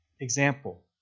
example